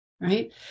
right